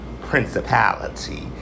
principality